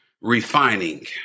refining